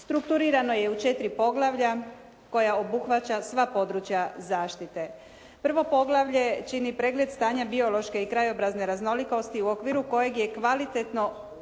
Strukturirano je u četiri poglavlja koja obuhvaća sva područja zaštite. Prvo poglavlje čini pregled stanja biološke i krajobrazne raznolikosti u okviru kojeg je kvalitetno obrađeno